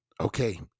okay